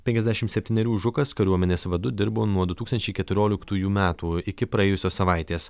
penkiasdešimt septynerių žukas kariuomenės vadu dirbo nuo du tūkstančiai keturioliktųjų metų iki praėjusios savaitės